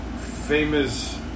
famous